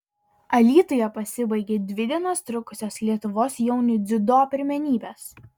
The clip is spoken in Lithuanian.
alytuje pasibaigė dvi dienas trukusios lietuvos jaunių dziudo pirmenybės